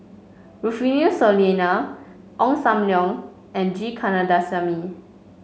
Rufino Soliano Ong Sam Leong and G Kandasamy